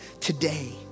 today